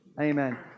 Amen